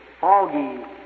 foggy